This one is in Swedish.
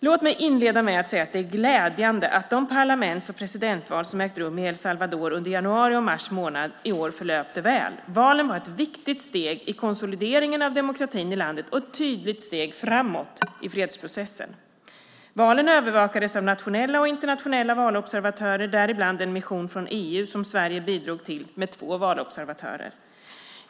Låt mig inleda med att säga att det är glädjande att de parlaments och presidentval som ägt rum i El Salvador under januari och mars månad i år förlöpte väl. Valen var ett viktigt steg i konsolideringen av demokratin i landet och ett tydligt steg framåt i fredsprocessen. Valen övervakades av nationella och internationella valobservatörer, däribland en mission från EU som Sverige bidrog till med två valobservatörer.